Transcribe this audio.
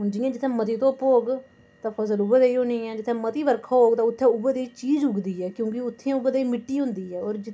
जि'त्थें जि'त्थें मती धुप्प होग फसल उ'यै जेही होनी ऐ जि'त्थें मती बरखा होग ते उ'त्थें उ'यै जेही चीज़ उगदी ऐ क्योंकि उ'त्थें उ'यै जेही मिट्टी होंदी ऐ होर